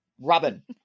Robin